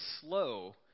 slow